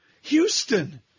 Houston